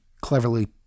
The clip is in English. cleverly